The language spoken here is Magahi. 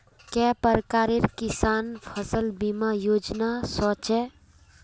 के प्रकार किसान फसल बीमा योजना सोचें?